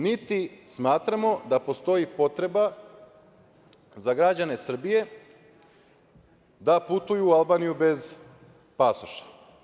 Niti smatramo da postoji potreba za građane Srbije da putuju u Albaniju bez pasoša.